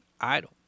Idle